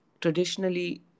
traditionally